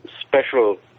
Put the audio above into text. special